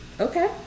Okay